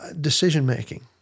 decision-making